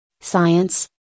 science